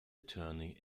attorney